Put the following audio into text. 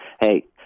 Hey